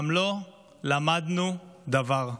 גם לא למדנו דבר.